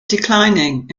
declining